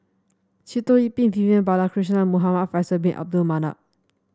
Sitoh Yih Pin Vivian Balakrishnan Muhamad Faisal Bin Abdul Manap